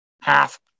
half